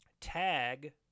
tag